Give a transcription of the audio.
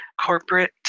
corporate